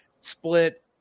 split